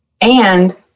And-